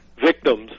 victims